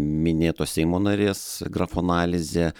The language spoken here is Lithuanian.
minėtos seimo narės grafoanalizė